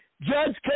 judge